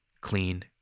clean